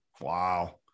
wow